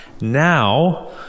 Now